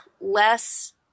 less